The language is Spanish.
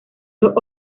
los